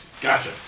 Gotcha